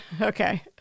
Okay